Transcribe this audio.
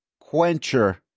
quencher